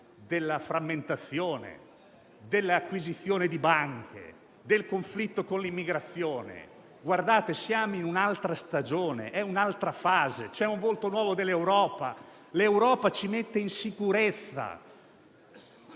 della frammentazione, dell'acquisizione di banche, del conflitto con l'immigrazione. Siamo in un'altra stagione, è un'altra fase, c'è un volto nuovo dell'Europa. L'Europa ci mette in sicurezza,